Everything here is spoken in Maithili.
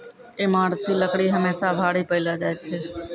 ईमारती लकड़ी हमेसा भारी पैलो जा छै